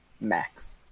Max